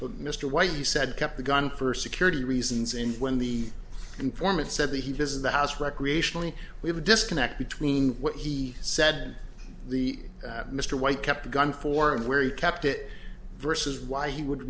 but mr white he said kept the gun for security reasons and when the informant said that he was in the house recreationally we have a disconnect between what he said and the mr white kept a gun for him where he kept it versus why he would